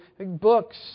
Books